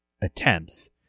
attempts